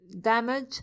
damage